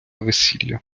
весілля